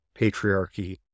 patriarchy